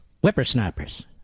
whippersnappers